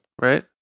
Right